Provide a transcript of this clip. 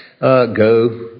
go